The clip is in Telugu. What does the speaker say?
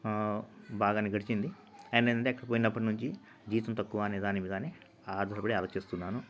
బాగానే గడిచింది నిందెక్కపోయినప్పటినుంచి జీతం తక్కువ అనేదానిమీదే కాని ఆధారపడి ఆలోచిస్తున్నాను